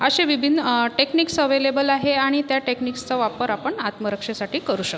अशी विभिन्न techniques available आहे आणि त्या टेक्निक्सचा वापर आपण आत्मरक्षेसाठी करू शकतो